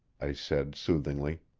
i said soothingly.